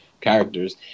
characters